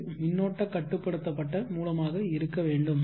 இது மின்னோட்ட கட்டுப்படுத்தப்பட்ட மூலமாக இருக்க வேண்டும்